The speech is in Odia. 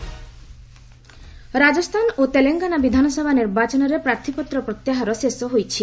ଆସେମ୍କି ଇଲେକ୍ସନ୍ ରାଜସ୍ଥାନ ଓ ତେଲଙ୍ଗାନା ବିଧାନସଭା ନିର୍ବାଚନରେ ପ୍ରାର୍ଥୀପତ୍ର ପ୍ରତ୍ୟାହାର ଶେଷ ହୋଇଛି